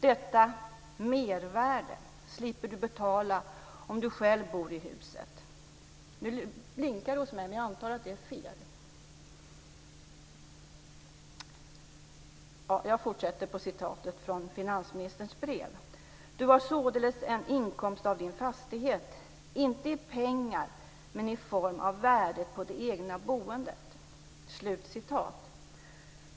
Detta 'mervärde' slipper du betala om du själv bor i huset. Du har således en inkomst av din fastighet. Inte i pengar men i form av värdet på det egna boendet."